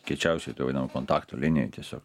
kiečiausioj to vadinamo kontakto linijoj tiesiog